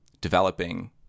developing